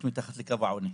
וחשוב לי שתהיו מעורבים,